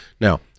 Now